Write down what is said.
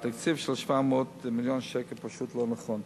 תקציב של 700 מיליון שקל, זה פשוט לא נכון.